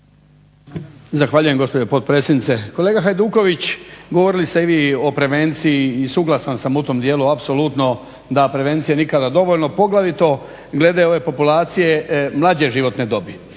Zahvaljujem gospođo potpredsjednice. Kolega Hajduković govorili ste i vi o prevenciji i suglasan sam u tom dijelu apsolutno da prevencije nikada dovoljno poglavito glede ove populacije mlađe životne dobi.